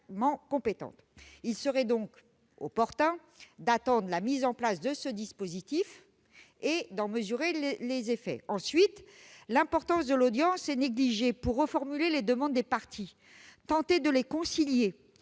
Il serait donc opportun d'attendre la mise en place de ce dispositif et d'en mesurer ses effets. Ensuite, l'importance de l'audience est négligée : pour reformuler les demandes des parties, tenter de les concilier